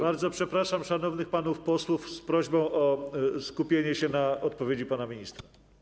Bardzo przepraszam szanownych panów posłów i zwracam się z prośbą o skupienie się na odpowiedzi pana ministra.